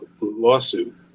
lawsuit